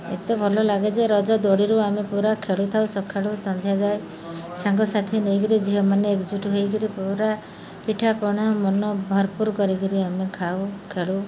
ଏତେ ଭଲ ଲାଗେ ଯେ ରଜ ଦୋଳିରୁ ଆମେ ପୁରା ଖେଳୁଥାଉ ସକାଳୁ ସନ୍ଧ୍ୟା ଯାଏ ସାଙ୍ଗସାଥି ନେଇକିରି ଝିଅମାନେ ଏକ୍ଜୁଟ୍ ହେଇକିରି ପୁରା ପିଠାପଣା ମନ ଭରପୁର କରିକିରି ଆମେ ଖାଉ ଖେଳୁ